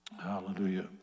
hallelujah